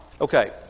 Okay